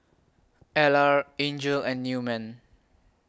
Ellar Angel and Newman